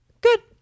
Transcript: Good